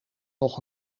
nog